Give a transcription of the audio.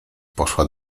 poszła